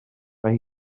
mae